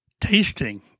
tasting